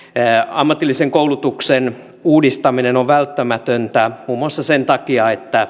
ammatillisen koulutuksen uudistaminen on välttämätöntä muun muassa sen takia että